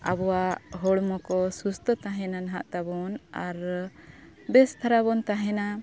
ᱟᱵᱚᱣᱟᱜ ᱦᱚᱲᱢᱚ ᱠᱚ ᱥᱩᱥᱛᱷᱚ ᱛᱟᱦᱮᱱᱟ ᱱᱟᱜ ᱛᱟᱵᱚᱱ ᱟᱨ ᱵᱮᱥ ᱫᱷᱟᱨᱟ ᱵᱚᱱ ᱛᱟᱦᱮᱱᱟ